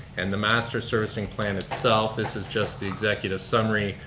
and the master servicing plan itself, this is just the executive summary,